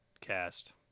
cast